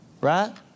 Right